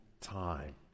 time